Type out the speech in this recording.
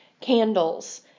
candles